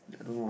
I don't know ah